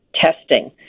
testing